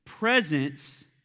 Presence